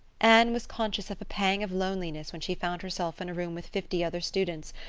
anne was conscious of a pang of loneliness when she found herself in a room with fifty other students,